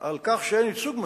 על כך שאין ייצוג מספיק,